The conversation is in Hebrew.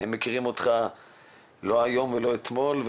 הם מכירים אותך לא מהיום ולא מאתמול.